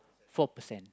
four percent